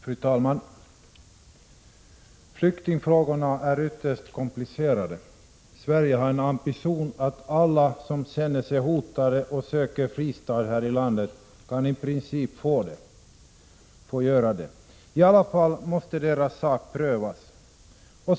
Fru talman! Flyktingfrågorna är ytterst komplicerade. Sverige har en ambition att alla som känner sig hotade och söker en fristad här i landet i princip kan få det. Ändå måste deras sak prövas.